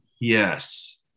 Yes